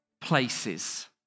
places